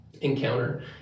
encounter